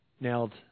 nailed